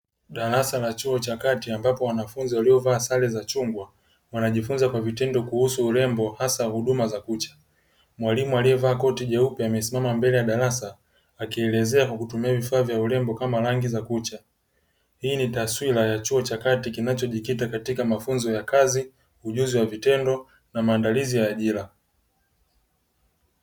Darasa la chuo cha kati ambapo wanafunzi waliovaa sare za chungwa, wanajifunza kwa vitendo kuhusu urembo hasa huduma za kucha, mwalimu aliyevaa koti jeupe amesimama mbela ya darasa akielezea kwa kutumia vifaa vya urembo kama rangi za kucha, hii ni taswira ya chuo cha kati kinachojikita katika mafunzo ya kazi, ujuzi wa vitendo na maandalizi ya ajira.